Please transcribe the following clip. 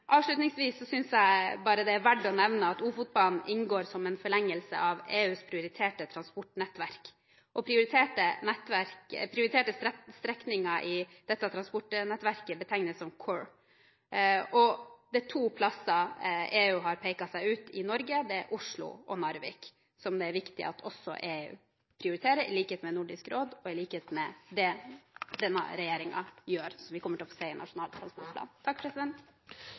Avslutningsvis synes jeg bare det er verd å nevne at Ofotbanen inngår som en forlengelse av EUs prioriterte transportnettverk. Prioriterte strekninger i dette transportnettverket betegnes som «core». EU har pekt ut to plasser i Norge, Oslo og Narvik, som det er viktig at også EU prioriterer, i likhet med Nordisk råd og i likhet med det denne regjeringen gjør, som vi kommer til å se i Nasjonal transportplan.